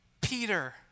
Peter